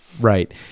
right